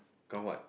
count what